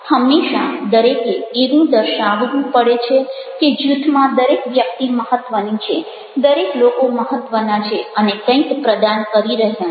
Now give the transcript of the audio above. હંમેશા દરેકે એવું દર્શાવવું પડે છે કે જૂથમાં દરેક વ્યક્તિ મહત્ત્વની છે દરેક લોકો મહત્ત્વના છે અને કંઈક પ્રદાન કરી રહ્યા છે